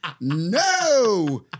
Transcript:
No